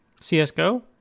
CSGO